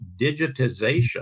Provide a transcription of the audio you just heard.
digitization